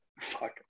Fuck